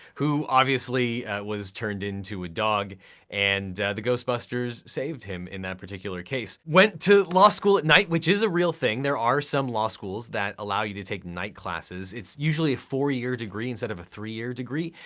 who obviously was turned into a dog and the ghostbusters saved him in that particular case, went to law school at night, which is a real thing. there are some law schools that allow you to take night classes, it's usually a four-year degree instead of a three-year degree.